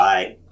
Bye